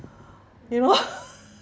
you know